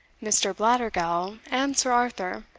mr. blattergowl, and sir arthur,